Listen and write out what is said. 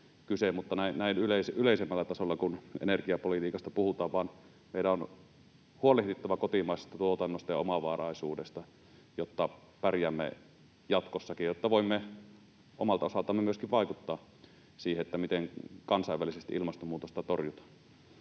mutta näin yleisemmällä tasolla, kun energiapolitiikasta puhutaan — vaan meidän on huolehdittava kotimaisesta tuotannosta ja omavaraisuudesta, jotta pärjäämme jatkossakin ja jotta voimme omalta osaltamme myöskin vaikuttaa siihen, miten kansainvälisesti ilmastonmuutosta torjutaan.